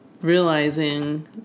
realizing